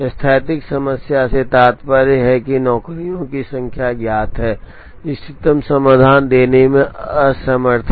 स्थैतिक समस्या से तात्पर्य है कि नौकरियों की संख्या ज्ञात है इष्टतम समाधान देने में असमर्थता